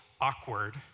awkward